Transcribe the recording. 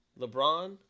LeBron